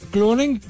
Cloning